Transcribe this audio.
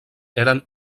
eren